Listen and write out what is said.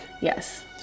Yes